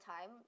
time